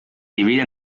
divide